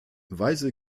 weise